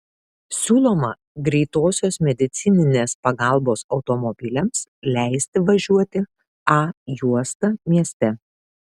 siūloma greitosios medicininės pagalbos automobiliams leisti važiuoti a juosta mieste